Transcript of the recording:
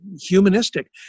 Humanistic